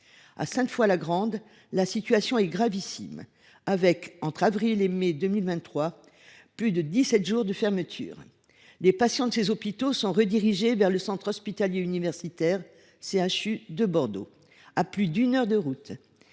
À Sainte Foy la Grande, la situation est gravissime : on a compté, au cours des mois d’avril et mai 2023, plus de 17 jours de fermeture ! Les patients de ces hôpitaux sont redirigés vers le centre hospitalier universitaire de Bordeaux, à plus d’une heure de route.